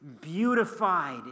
beautified